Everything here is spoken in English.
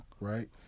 Right